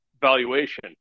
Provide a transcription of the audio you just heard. valuation